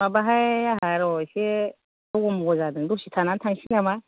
माबाहाय आंहा र' एसे दग' मग' जादों दसे थानानै थांसै नामा